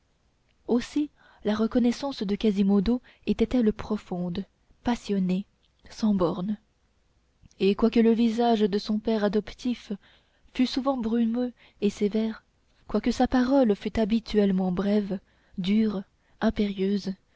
aussi la reconnaissance de quasimodo était-elle profonde passionnée sans borne et quoique le visage de son père adoptif fût souvent brumeux et sévère quoique sa parole fût habituellement brève dure impérieuse